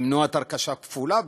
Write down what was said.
למנוע הרכשה כפולה וזיוף.